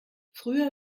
früher